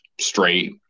straight